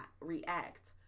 react